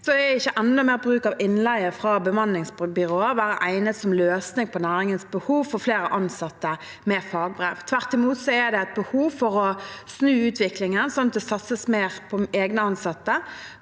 kan ikke enda mer bruk av innleie fra bemanningsbyråer være egnet som løsning på næringens behov for flere ansatte med fagbrev. Tvert imot er det behov for å snu utviklingen slik at det satses mer på egne ansatte.